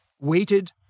weighted